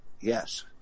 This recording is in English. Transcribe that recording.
Yes